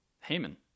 Haman